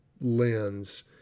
lens